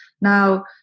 Now